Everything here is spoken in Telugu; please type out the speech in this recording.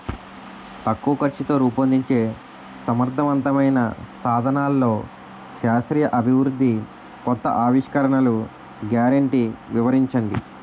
తక్కువ ఖర్చుతో రూపొందించే సమర్థవంతమైన సాధనాల్లో శాస్త్రీయ అభివృద్ధి కొత్త ఆవిష్కరణలు గ్యారంటీ వివరించండి?